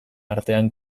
artean